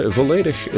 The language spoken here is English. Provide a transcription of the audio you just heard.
volledig